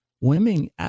women